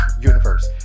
universe